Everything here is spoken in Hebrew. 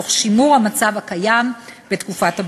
תוך שימור המצב הקיים בתקופת הביניים.